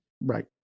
right